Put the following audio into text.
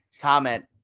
Comment